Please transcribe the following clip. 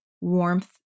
warmth